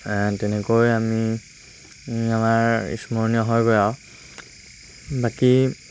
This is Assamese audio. তেনেকৈ আমি আমাৰ স্মৰণীয় হয়গৈ আৰু বাকী